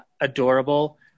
adorable